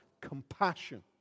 compassion